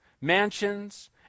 Mansions